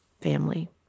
family